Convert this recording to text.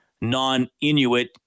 non-Inuit